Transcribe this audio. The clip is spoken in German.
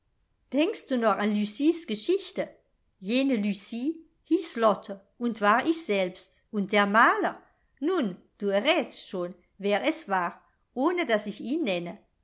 denkst du noch an lucies geschichte jene lucie hieß lotte und war ich selbst und der maler nun du errätst schon wer es war ohne daß ich ihn nenne